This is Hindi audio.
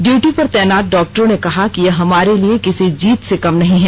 ड्यूटी पर तैनात डॉक्टरों ने कहा कि यह हमारे लिए किसी जीत से कम नहीं है